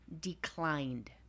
declined